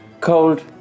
Cold